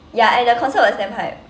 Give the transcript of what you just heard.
ya and their concert was damn hype